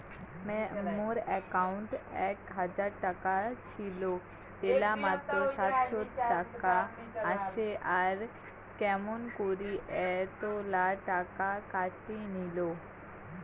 মোর একাউন্টত এক হাজার টাকা ছিল এলা মাত্র সাতশত টাকা আসে আর কেমন করি এতলা টাকা কাটি নিল?